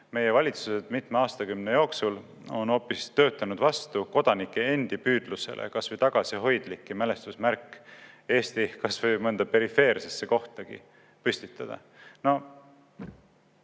meie valitsused mitme aastakümne jooksul hoopis töötanud vastu kodanike endi püüdlusele kas või tagasihoidlikki mälestusmärk Eesti kas või mõnda perifeersesse kohtagi püstitada.